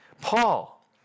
Paul